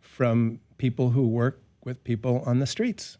from people who work with people on the streets